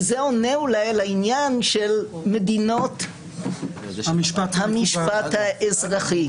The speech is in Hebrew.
וזה או לי עונה על העניין של מדינות המשפט האזרחי.